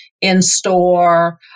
in-store